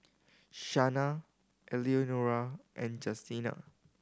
Shana Eleanora and Justina